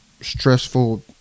stressful